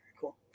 Cool